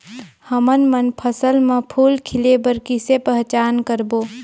हमन मन फसल म फूल खिले बर किसे पहचान करबो?